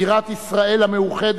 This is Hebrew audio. בירת ישראל המאוחדת,